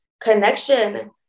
connection